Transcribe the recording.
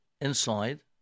inside